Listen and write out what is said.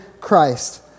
Christ